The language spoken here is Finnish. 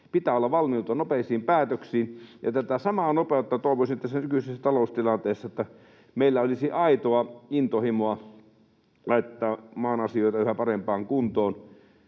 pitää olla valmiutta nopeisiin päätöksiin. Tätä samaa nopeutta toivoisin tässä nykyisessä taloustilanteessa — että meillä olisi aitoa intohimoa laittaa maan asioita yhä parempaan kuntoon.